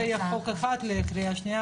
זה יהיה חוק אחד לקריאה שנייה,